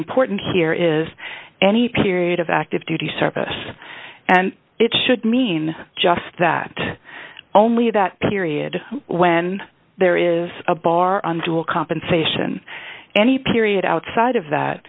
important here is any period of active duty service and it should mean just that only that period when there is a bar on to a compensation any period outside of that